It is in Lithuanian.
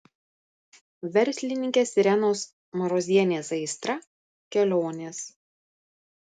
verslininkės irenos marozienės aistra kelionės